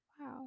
Wow